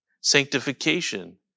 Sanctification